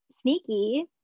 sneaky